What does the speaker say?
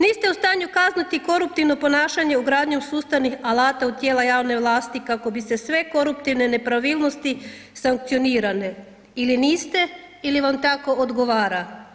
Niste u stanju kazniti koruptivno ponašanje i ugradnju sustavnih alata u tijela javne vlasti kako bi se sve koruptivne nepravilnosti sankcionirane ili niste ili vam tako odgovara.